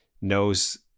knows